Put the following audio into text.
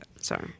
Sorry